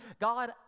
God